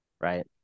Right